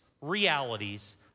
realities